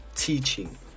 Teaching